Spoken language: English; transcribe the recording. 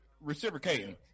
reciprocating